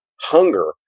hunger